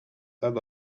had